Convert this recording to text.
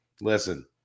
listen